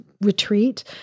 retreat